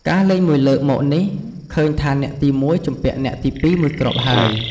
ការលេងមួយលើកមកនេះ ឃើញថាអ្នកទី១ ជំពាក់អ្នកទី២ មួយគ្រាប់ហើយ។